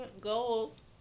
Goals